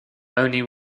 only